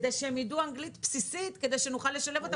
שיידעו אנגלית בסיסית כדי שנוכל לשלב אותם.